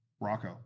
Rocco